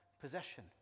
possession